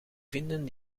vinden